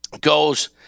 goes